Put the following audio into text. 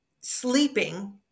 sleeping